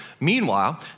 meanwhile